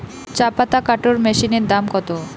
চাপাতা কাটর মেশিনের দাম কত?